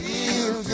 Feel